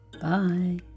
bye